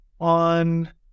On